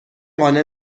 قانع